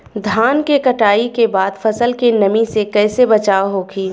धान के कटाई के बाद फसल के नमी से कइसे बचाव होखि?